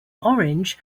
orange